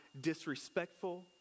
disrespectful